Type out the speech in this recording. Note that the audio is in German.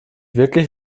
wirklich